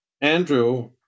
Andrew